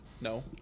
No